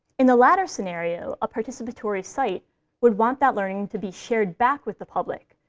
in the latter scenario, a participatory site would want that learning to be shared back with the public,